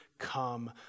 Come